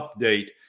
update